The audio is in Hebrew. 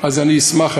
אני אשמח,